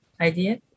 idea